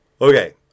okay